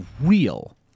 real